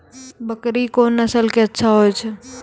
बकरी कोन नस्ल के अच्छा होय छै?